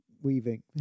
weaving